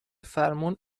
فرمون